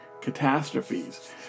catastrophes